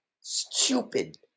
stupid